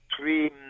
three